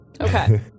Okay